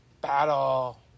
Battle